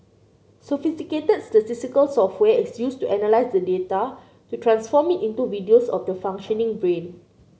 sophisticated statistical software is used to analyse the data to transform it into videos of the functioning brain